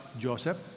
Joseph